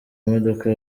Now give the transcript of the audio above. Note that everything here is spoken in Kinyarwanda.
imodoka